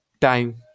time